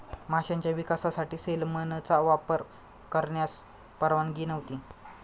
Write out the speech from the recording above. माशांच्या विकासासाठी सेलमनचा वापर करण्यास परवानगी नव्हती